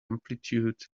amplitude